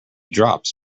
drops